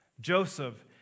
Joseph